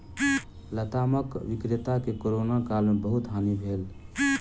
लतामक विक्रेता के कोरोना काल में बहुत हानि भेल